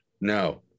No